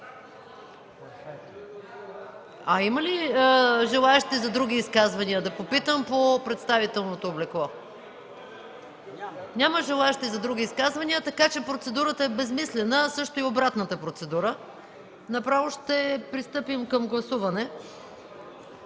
Има ли желаещи за други изказвания по представителното облекло? Няма желаещи за други изказвания, така че процедурата е безсмислена, а също и обратната процедура. Пристъпваме към гласуване.